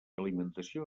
alimentació